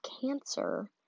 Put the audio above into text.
cancer